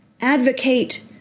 advocate